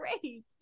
great